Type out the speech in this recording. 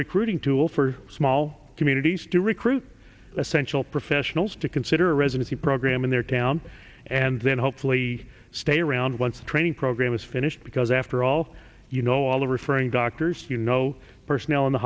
recruiting tool for small communities to recruit essential professionals to consider residency program in their town and then hopefully stay around once a training program is finished because after all you know all the referring doctors you know personnel in the